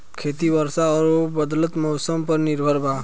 खेती वर्षा और बदलत मौसम पर निर्भर बा